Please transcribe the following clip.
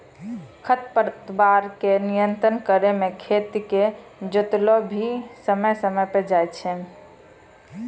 खरपतवार के नियंत्रण करै मे खेत के जोतैलो भी समय समय पर जाय छै